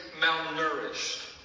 malnourished